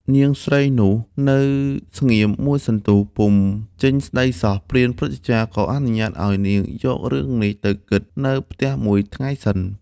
នាងស្រីនោះ នៅស្ងៀមមួយសន្ទុះ ពុំចេញស្តីសោះ ព្រាហ្មណ៍ព្រឹទ្ធាចារ្យ ក៏អនុញ្ញាតឲ្យនាងយករឿងនេះទៅគិតនៅផ្ទះមួយថ្ងៃសិន។